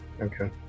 okay